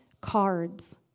cards